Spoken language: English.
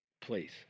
Please